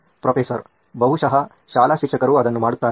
professor ಬಹುಶಃ ಶಾಲಾ ಶಿಕ್ಷಕರು ಅದನ್ನು ಮಾಡುತ್ತಾರೆ